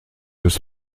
des